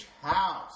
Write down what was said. House